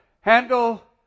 handle